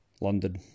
London